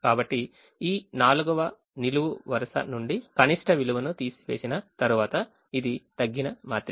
కాబట్టి ఈ 4వ నిలువు వరుస నుండి కనిష్ట విలువను తీసివేసిన తరువాత ఇది తగ్గిన మాత్రిక